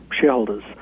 shareholders